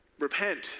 Repent